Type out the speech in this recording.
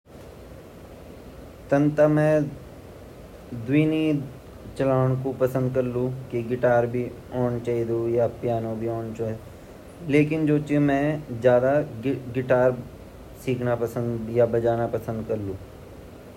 मिते गिटार बेजोड़ भोत पसंद ची किले की हमुन बचपन मा भी हमुन देखि की पिक्टर मा जन सी वैसे पहली ता हमुन देखि नी, अर गिटार म अच्छा -अच्छा गाना बजन ची अर पियानो ता इन ची की यख बेटी वख कखि नि लीजै सकन गिटार ता इन ची कि कखि भी उठे ते लजे सक